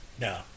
No